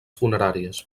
funeràries